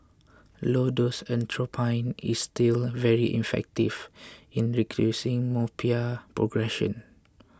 low dose atropine is still very effective in reducing myopia progression